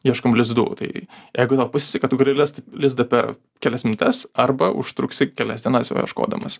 ieškom lizdų tai jeigu tau pasiseka tu gali rasti lizdą per kelias minutes arba užtruksi kelias dienas jo ieškodamas